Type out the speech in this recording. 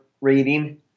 rating